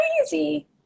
crazy